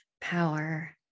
power